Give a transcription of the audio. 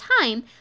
time